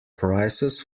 prices